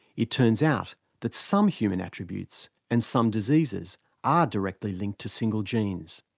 it turns out that some human attributes and some diseases are directly linked to single genes.